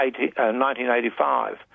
1985